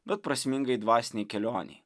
bet prasmingai dvasinei kelionei